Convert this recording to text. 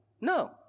No